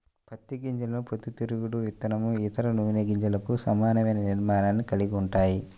పత్తి గింజలు పొద్దుతిరుగుడు విత్తనం, ఇతర నూనె గింజలకు సమానమైన నిర్మాణాన్ని కలిగి ఉంటాయి